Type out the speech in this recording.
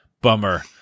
bummer